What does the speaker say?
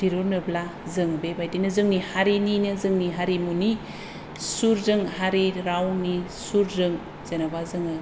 दिरुनोब्ला जों बेबायदिनो जों हारिनिनो जोङो जोंनि हारिमुनि सुरजों हारि रावनि सुरजों जेनेबा जोङो